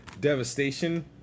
Devastation